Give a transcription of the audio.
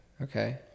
Okay